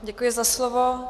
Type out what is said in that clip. Děkuji za slovo.